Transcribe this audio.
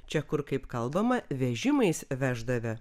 čia kur kaip kalbama vežimais veždavę